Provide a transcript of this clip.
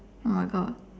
oh my god